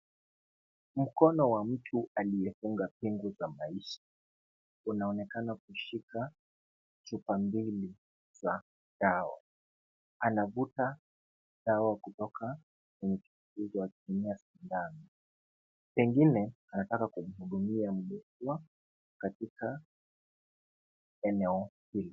Mkono wa mtu aliyefunga pingu za maisha unaonekana kushika chupa mbili za dawa. Anavuta dawa kutoka kwenye chupa hizo akitumia sindano, pengine anataka kumhudumia mgonjwa katika eneo hili.